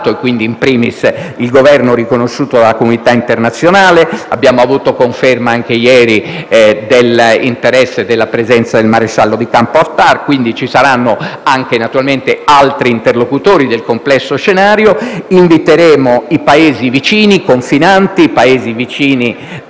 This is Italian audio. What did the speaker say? *in primis*, il Governo riconosciuto dalla comunità internazionale. Abbiamo avuto conferma anche ieri dell'interesse e della presenza del maresciallo di campo Haftar e ci saranno naturalmente anche altri interlocutori del complesso scenario. Inviteremo i Paesi vicini confinanti, i Paesi vicini